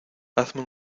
hazme